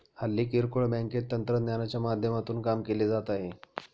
हल्ली किरकोळ बँकेत तंत्रज्ञानाच्या माध्यमातून काम केले जात आहे